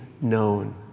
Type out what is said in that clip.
known